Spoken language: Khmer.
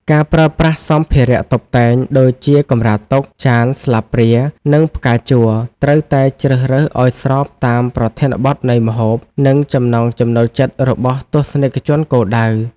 ការប្រើប្រាស់សម្ភារៈតុបតែង ដូចជាកម្រាលតុ ចាន ស្លាបព្រា និងផ្កាជ័រ ត្រូវតែជ្រើសរើសឱ្យស្របតាមប្រធានបទនៃម្ហូប និងចំណង់ចំណូលចិត្តរបស់ទស្សនិកជនគោលដៅ។